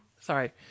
sorry